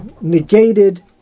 negated